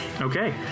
Okay